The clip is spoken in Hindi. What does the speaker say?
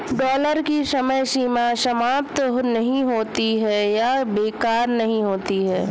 डॉलर की समय सीमा समाप्त नहीं होती है या बेकार नहीं होती है